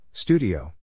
Studio